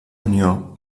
unió